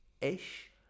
Ish